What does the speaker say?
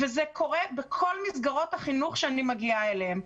זה קורה בכל מסגרות החינוך שאני מגיעה אליהם.